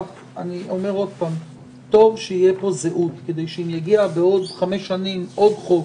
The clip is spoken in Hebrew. טוב שתהיה פה זהות כדי שאם יגיע בעוד חמש שנים עוד חוק